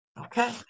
Okay